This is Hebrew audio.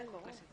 כן, ברור.